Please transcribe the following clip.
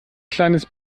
kleines